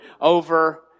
over